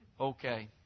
Okay